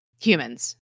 Humans